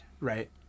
right